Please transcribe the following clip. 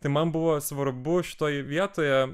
tai man buvo svarbu šitoj vietoje